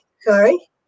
Sorry